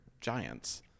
giants